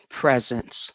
presence